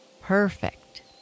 Perfect